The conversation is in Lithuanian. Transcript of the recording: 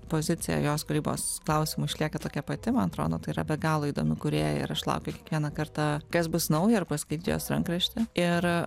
pozicija jos kūrybos klausimu išlieka tokia pati man atrodo tai yra be galo įdomi kūrėja ir aš laukiu kiekvieną kartą kas bus naujo ir paskaityti jos rankraštį ir